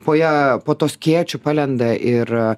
po ja po to skėčiu palenda ir